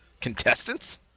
contestants